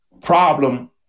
problem